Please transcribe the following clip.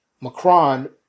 Macron